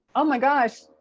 oh my gosh!